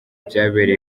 byabereye